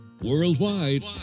Worldwide